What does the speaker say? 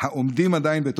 היתרון הנוסף שלהם: